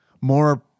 more